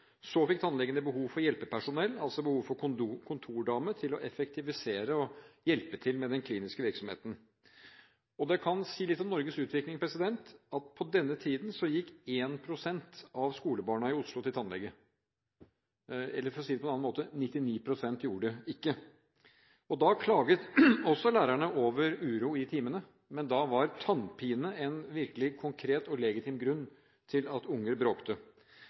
Så fikk tannlegene behov for hjelpepersonell, altså behov for kontordame til å effektivisere og hjelpe til med den kliniske virksomheten. Det kan si litt om Norges utvikling at på denne tiden gikk 1 pst. av skolebarna i Oslo til tannlege – eller, for å si det på en annen måte: 99 pst. gjorde det ikke. Da klaget også lærerne over uro i timene, men da var tannpine en virkelig konkret og legitim grunn til at barn bråkte.